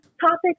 topic